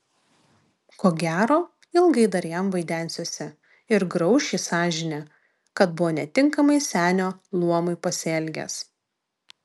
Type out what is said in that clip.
ko gero ilgai dar jam vaidensiuosi ir grauš jį sąžinė kad buvo netinkamai senio luomui pasielgęs